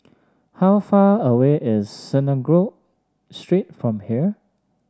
how far away is Synagogue Street from here